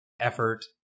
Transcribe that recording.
effort